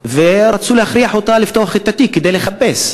יהודים ורצו להכריח אותה לפתוח את התיק, כדי לחפש.